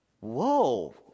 Whoa